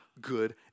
good